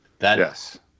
Yes